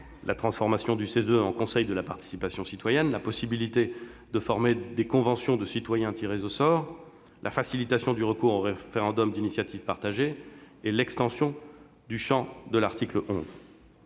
et environnemental en Conseil de la participation citoyenne, la possibilité de former des conventions de citoyens tirés au sort, la facilitation du recours au référendum d'initiative partagée et l'extension du champ de l'article 11